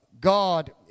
God